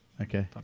okay